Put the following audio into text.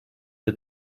для